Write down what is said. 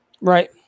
Right